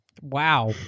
Wow